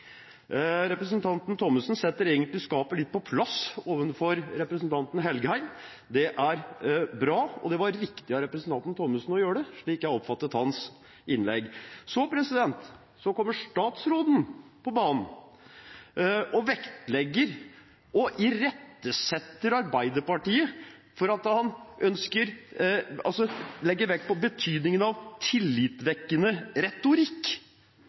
Representanten Thommessen setter egentlig skapet litt på plass overfor representanten Engen-Helgheim, og det er bra. Det var riktig av representanten Thommessen å gjøre det, slik jeg oppfattet hans innlegg. Så kommer statsråden på banen, irettesetter Arbeiderpartiet og legger vekt på betydningen av tillitvekkende retorikk